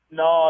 no